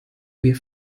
wir